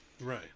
Right